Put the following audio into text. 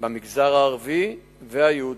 במגזר הערבי ובמגזר היהודי.